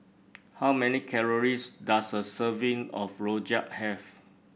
how many calories does a serving of Rojak have